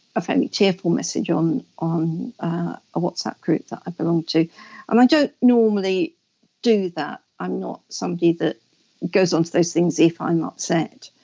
a very and tearful message on on a whatsapp group that i belong to and i don't normally do that, i'm not somebody that goes on to those things if i'm upset.